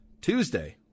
Tuesday